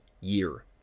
year